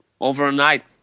overnight